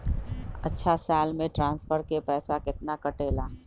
अछा साल मे ट्रांसफर के पैसा केतना कटेला?